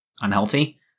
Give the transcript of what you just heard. unhealthy